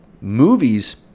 Movies